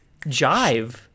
jive